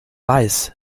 weiß